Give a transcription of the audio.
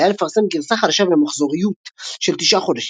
לפרסם גרסה חדשה במחזוריות של 9 חודשים,